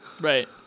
Right